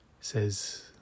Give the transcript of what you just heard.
says